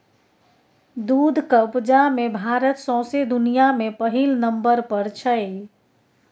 दुधक उपजा मे भारत सौंसे दुनियाँ मे पहिल नंबर पर छै